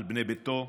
על בני ביתו,